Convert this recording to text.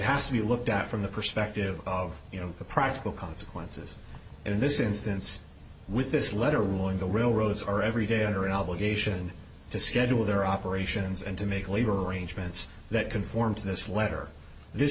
has to be looked at from the perspective of you know the practical consequences and in this instance with this letter when the railroads are every day under an obligation to schedule their operations and to make labor arrangements that conform to this letter this